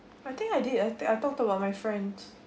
I think I did I think I talked about my friend